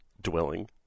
dwelling